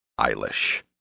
Eilish